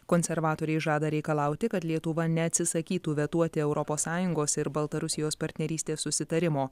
konservatoriai žada reikalauti kad lietuva neatsisakytų vetuoti europos sąjungos ir baltarusijos partnerystės susitarimo